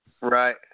Right